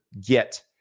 get